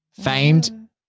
famed